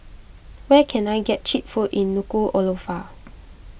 where can I get Cheap Food in Nuku'alofa